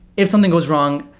if something goes wrong,